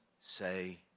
say